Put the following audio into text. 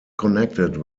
connected